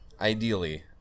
Ideally